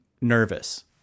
nervous